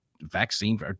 vaccine